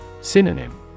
Synonym